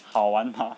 好玩吗